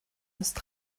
ist